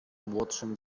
młodszym